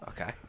Okay